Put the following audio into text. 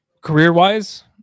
Career-wise